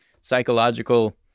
psychological